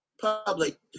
public